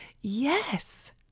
Yes